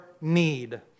need